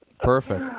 Perfect